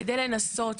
כדי לנסות